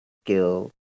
skill